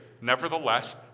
Nevertheless